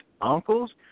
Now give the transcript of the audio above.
uncles